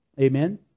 Amen